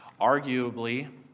Arguably